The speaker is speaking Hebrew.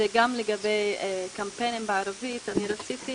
גם לגבי קמפיינים בערבית, אני רציתי